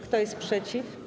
Kto jest przeciw?